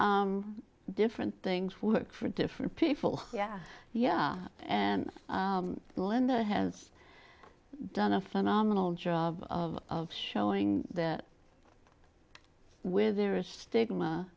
h different things work for different people yeah yeah and linda has done a phenomenal job of of showing the with there is stigma